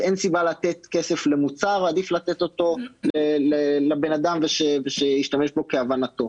אין סיבה לתת כסף למוצר ועדיף לתת אותו לבן אדם ושישתמש בו כהבנתו.